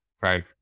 right